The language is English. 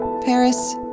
Paris